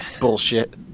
Bullshit